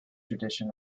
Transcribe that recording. tradition